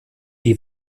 die